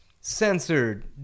Censored